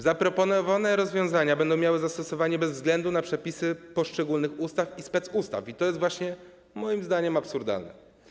Zaproponowane rozwiązania będą miały zastosowanie bez względu na przepisy poszczególnych ustaw i specustaw - i to jest właśnie moim zdaniem absurdalne.